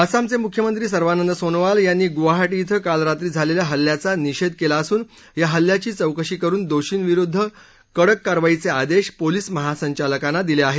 आसामचे मुख्यमंत्री सर्बानंद सोनोवाल यांनी गुवाहाटी क्रिं काल रात्री झालेल्या हल्ल्याचा निषेध केला असून या हल्ल्याची चौकशी करुन दोषींविरुद्ध कडक कारवाईचे आदेश पोलिस महासंचालकांना दिले आहेत